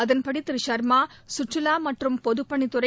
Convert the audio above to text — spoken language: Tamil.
அதன்படி திரு ஷர்மா கற்றுவா மற்றும் பொதுப்பணித்துறை